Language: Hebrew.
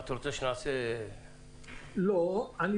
אתה רוצה שנעשה את זה גם למורים.